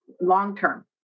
long-term